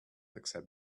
accept